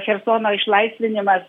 chersono išlaisvinimas